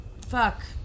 fuck